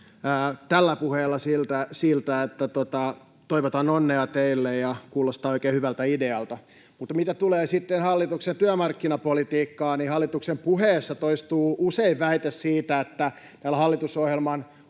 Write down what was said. tällä puheella siltä, että toivotan onnea teille ja kuulostaa oikein hyvältä idealta. Mutta mitä tulee hallituksen työmarkkinapolitiikkaan, niin hallituksen puheessa toistuu usein väite siitä, että näillä hallitusohjelman